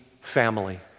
family